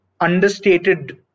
understated